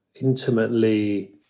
intimately